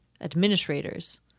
administrators